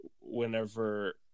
whenever